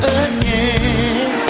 again